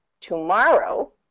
tomorrow